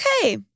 Okay